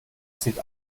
sieht